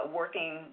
working